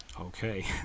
Okay